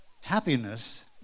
Happiness